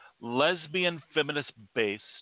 lesbian-feminist-based